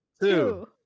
Two